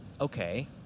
okay